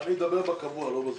אני מודה לכולם ושיהיה